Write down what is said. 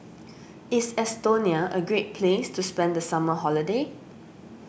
is Estonia a great place to spend the summer holiday